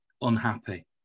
unhappy